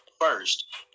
first